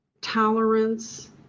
tolerance